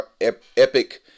epic